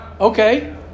Okay